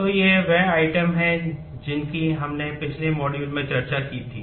तो ये वे आइटम हैं जिनकी हमने पिछले मॉड्यूल में चर्चा की थी